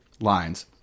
lines